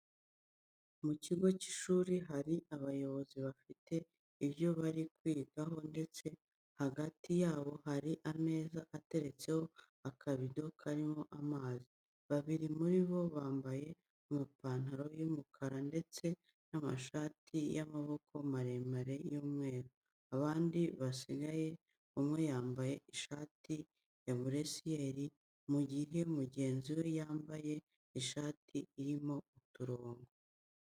Mu kigo cy'ishuri hari abayobozi bafite ibyo bari kwigaho ndetse hagati yabo hari ameza ateretseho ikabido karimo amazi. Babiri muri bo bambaye amapantaro y'umukara ndetse n'amashati y'amaboko maremare y'umweru, abandi basigaye, umwe yambaye ishati ya buresiyeri, mu gihe mugenzi we yambaye ishati irimo uturongo.